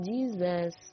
Jesus